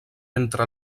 entre